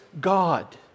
God